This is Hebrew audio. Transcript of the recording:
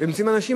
ונמצאים אנשים,